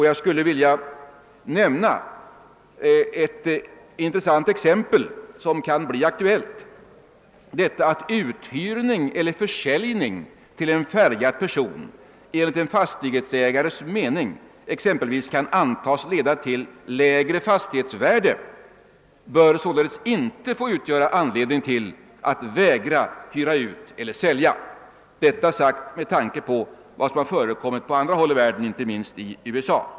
Jag vill här nämna ett intressant exempel som kan bli aktuellt, nämligen då uthyrning eller försäljning till en färgad person enligt en fastighetsägares mening kan antas leda till lägre fastighetsvärde. Det får sålunda inte utgöra anledning till att vägra hyra ut eller sälja — detta sagt med tanke på vad som förekommit på andra håll i världen, inte minst i USA.